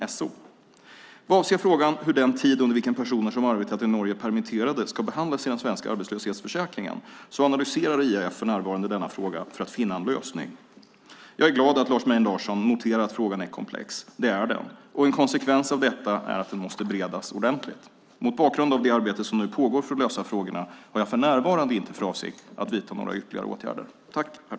Vad avser frågan hur den tid under vilken personer som arbetat i Norge är permitterade ska behandlas i den svenska arbetslöshetsförsäkringen analyserar IAF för närvarande denna fråga för att finna en lösning. Jag är glad att Lars Mejern Larsson noterar att frågan är komplex - det är den - och en konsekvens av detta är att den måste beredas ordentligt. Mot bakgrund av det arbete som nu pågår för att lösa frågorna har jag för närvarande inte för avsikt att vidta några ytterligare åtgärder.